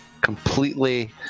completely